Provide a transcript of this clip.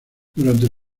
durante